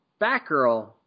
batgirl